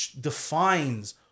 defines